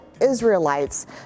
Israelites